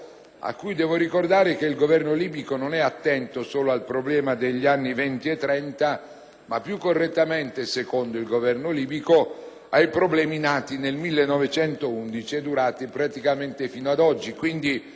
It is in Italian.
il Governo libico non è attento solo al problema degli anni Venti e Trenta, ma più correttamente, secondo il Governo libico, ai problemi nati nel 1911 e durati praticamente fino ad oggi.